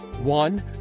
One